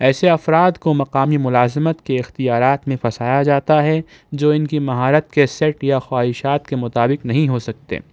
ایسے افراد کو مقامی ملازمت کے اختیارات میں پھنسایا جاتا ہے جو ان کی مہارت کے سیٹ یا خواہشات کے مطابق نہیں ہو سکتے